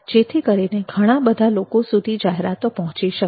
જેથી કરીને ઘણા બધા લોકો સુધી જાહેરાતો પહોંચી શકે